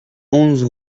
onze